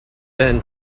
been